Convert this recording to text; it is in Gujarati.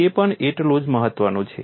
તે પણ એટલું જ મહત્ત્વનું છે